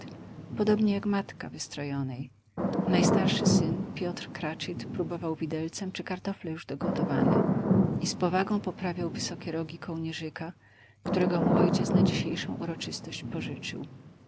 podobnie jak matka wystrojonej najstarszy syn piotr cratchit próbował widelcem czy kartofle już dogotowane i z powagą poprawiał wysokie rogi kołnierzyka którego mu ojciec na dzisiejszą uroczystość pożyczył